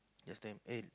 just then eh